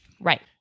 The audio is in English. Right